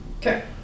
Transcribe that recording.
Okay